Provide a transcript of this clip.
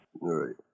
Right